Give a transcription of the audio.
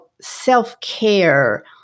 self-care